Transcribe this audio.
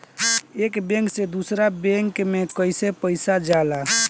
एक बैंक से दूसरे बैंक में कैसे पैसा जाला?